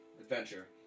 adventure